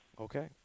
Okay